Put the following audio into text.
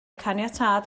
caniatâd